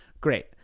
Great